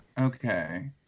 Okay